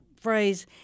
phrase